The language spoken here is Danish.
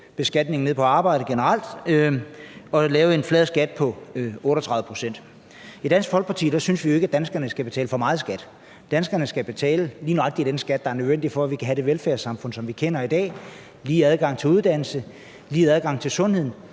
beskatningen på arbejde ned og lave en flad skat på 38 pct. I Dansk Folkeparti synes vi jo ikke, at danskerne skal betale for meget i skat. Danskerne skal betale lige nøjagtig den skat, der er nødvendig, for at vi kan have det velfærdssamfund, som vi kender det i dag, med lige adgang til uddannelse, lige adgang til sundhed